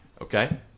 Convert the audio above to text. Okay